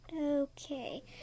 Okay